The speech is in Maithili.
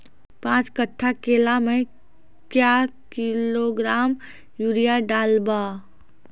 पाँच कट्ठा केला मे क्या किलोग्राम यूरिया डलवा?